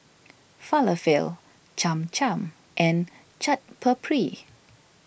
Falafel Cham Cham and Chaat Papri